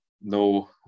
No